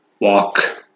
Walk